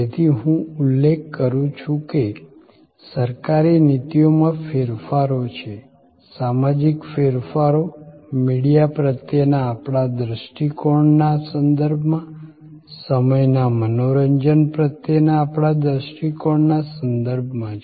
તેથી હું ઉલ્લેખ કરું છું કે સરકારી નીતિઓમાં ફેરફારો છે સામાજિક ફેરફારો મીડિયા પ્રત્યેના આપણા દ્રષ્ટિકોણના સંદર્ભમાં સમયના મનોરંજન પ્રત્યેના આપણા દ્રષ્ટિકોણના સંદર્ભમાં છે